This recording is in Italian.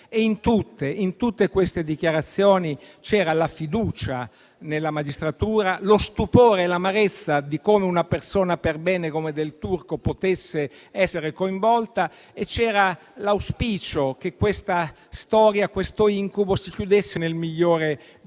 In tutte queste dichiarazioni c'era la fiducia nella magistratura, lo stupore e l'amarezza per come una persona perbene come Del Turco potesse essere coinvolta, e c'era l'auspicio che questo incubo si chiudesse nel migliore dei